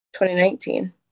2019